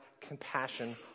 compassion